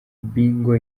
bingo